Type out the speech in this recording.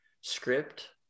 script